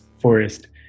forest